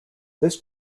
this